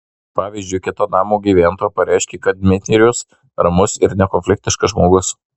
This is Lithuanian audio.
pavyzdžiui kita namo gyventoja pareiškė kad dmitrijus ramus ir nekonfliktiškas žmogus